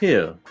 here,